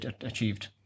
achieved